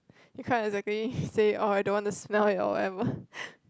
you can't exactly say oh I don't want to smell it or whatever